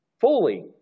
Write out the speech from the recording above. fully